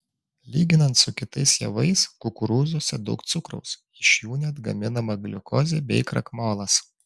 lyginant su kitais javais kukurūzuose daug cukraus iš jų net gaminama gliukozė bei krakmolas